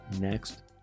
next